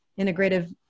integrative